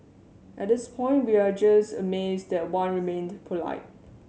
at this point we are just amazed that Wan remained polite